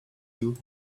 you